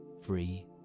free